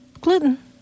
Gluten